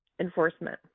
enforcement